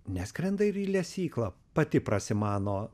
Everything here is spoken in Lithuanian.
neskrenda ir į lesyklą pati prasimano